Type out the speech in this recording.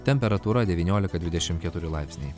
temperatūra devyniolika dvidešimt keturi laipsniai